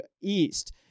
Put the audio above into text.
East